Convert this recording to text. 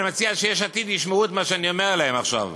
אני מציע שיש עתיד ישמעו את מה שאני אומר להם עכשיו.